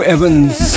Evans